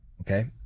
okay